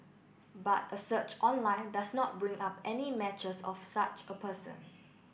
but a search online does not bring up any matches of such a person